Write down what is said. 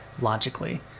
logically